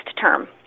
term